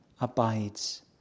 abides